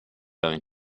going